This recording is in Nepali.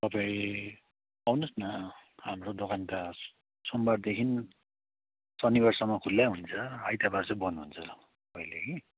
तपाईँ आउनुहोस् न हाम्रो दोकान त सोमबारदेखि शनिबारसम्म खुल्लै हुन्छ आइतबार चाहिँ बन्द हुन्छ र कहिले कि